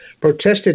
protested